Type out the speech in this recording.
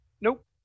Nope